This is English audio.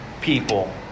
people